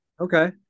Okay